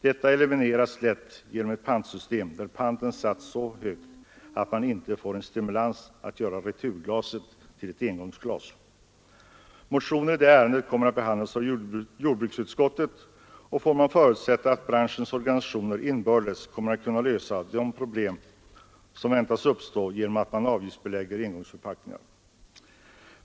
Detta elimineras lätt genom ett pantsystem, där panten satts så högt att man inte får en stimulans att göra returglaset till engångsglas. Motioner i detta ärende kommer att behandlas av jordbruksutskottet, och man får förutsätta att branschens organisationer inbördes kommer att kunna lösa de problem som väntas uppstå genom att man avgiftsbelägger engångsförpackningar.